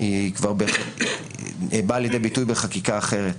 שכבר באה לידי ביטוי בחקיקה אחרת.